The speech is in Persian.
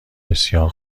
بسیار